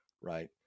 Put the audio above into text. right